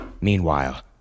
Meanwhile